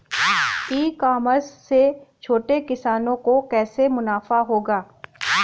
ई commerce से छोटे किसानों को कैसे मुनाफा होगा?